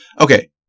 Okay